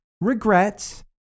regrets